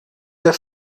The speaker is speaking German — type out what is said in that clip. der